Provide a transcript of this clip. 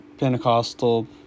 Pentecostal